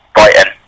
Brighton